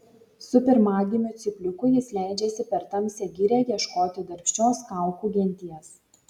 su pirmagimiu cypliuku jis leidžiasi per tamsią girią ieškoti darbščios kaukų genties